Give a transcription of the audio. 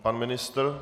Pan ministr?